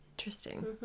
interesting